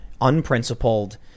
unprincipled